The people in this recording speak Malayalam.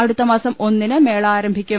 അടുത്ത മാസം ഒന്നിന് മേള ആരംഭിക്കും